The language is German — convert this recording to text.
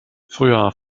früher